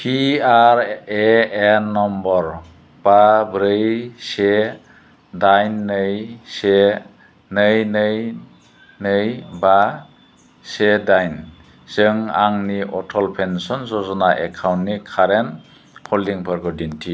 P R A N number बा ब्रै से दाइन नै से नै नै नै बा से दाइनजों आंनि अटल पेन्सन य'जना एकाउन्टनि कारेन्ट हल्डिंफोरखौ दिन्थि